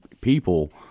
people